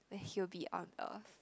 that he'll be on earth